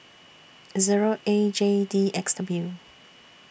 Zero A J D X W